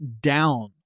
down